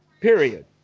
period